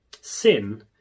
Sin